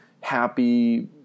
happy